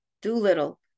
Doolittle